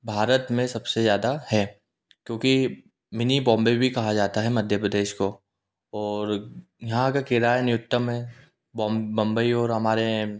भारत में सब से ज़्यादा है क्योंकि मिनी बॉम्बे भी कहा जाता है मध्य प्रदेश को और यहाँ का किराया न्न्यूनतम है बम्बई और हमारे